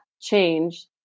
change